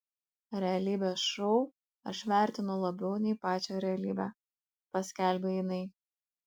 realybės šou aš vertinu labiau nei pačią realybę paskelbė jinai